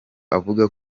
avuga